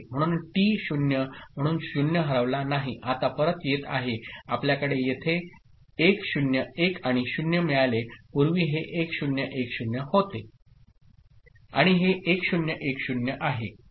म्हणून टी 0 म्हणून 0 हरवला नाही आता परत येत आहे आपल्याकडे येथे 1 0 1 आणि 0 मिळाले पूर्वी हे 1010 होते आता हे 1010 आहे